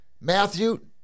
matthew